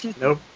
Nope